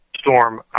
storm